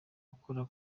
gukora